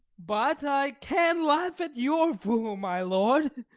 but i can laugh at your fool, my lord.